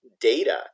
data